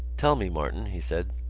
tell me, martin, he said.